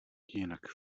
jinak